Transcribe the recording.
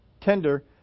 tender